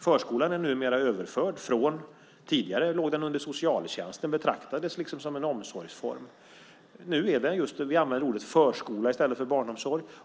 Förskolan är numera överförd. Tidigare låg den under socialtjänsten. Den betraktades liksom som en omsorgsform. Nu använder vi ordet förskola i stället för barnomsorg.